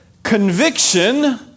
Conviction